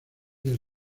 del